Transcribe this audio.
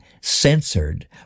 censored